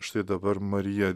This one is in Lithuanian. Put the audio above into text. štai dabar marija